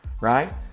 right